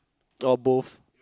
or both